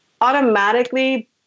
Automatically